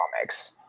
comics